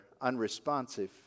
unresponsive